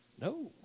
No